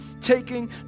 taking